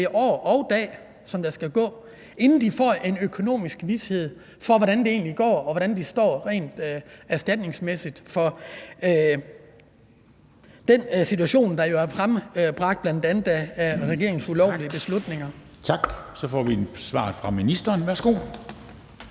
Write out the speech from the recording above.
men år og dage, der skal gå, inden de får en økonomisk vished for, hvordan det egentlig går, og hvor de står rent erstatningsmæssigt – og det er jo i en situation, der bl.a. er frembragt af regeringens ulovlige beslutninger. Kl. 13:25 Formanden (Henrik Dam Kristensen): Tak.